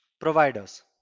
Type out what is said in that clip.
providers